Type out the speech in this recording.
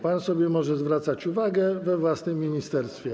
Pan może sobie zwracać uwagę we własnym ministerstwie.